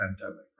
pandemic